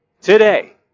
today